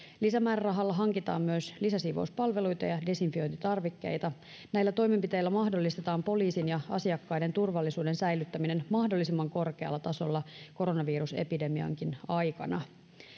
lisämäärärahalla hankitaan myös lisäsiivouspalveluita ja desinfiointitarvikkeita näillä toimenpiteillä mahdollistetaan poliisin ja asiakkaiden turvallisuuden säilyttäminen mahdollisimman korkealla tasolla koronavirusepidemiankin aikana